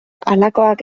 halakoak